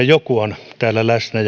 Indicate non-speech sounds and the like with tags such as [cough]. [unintelligible] joku on täällä läsnä [unintelligible]